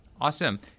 Awesome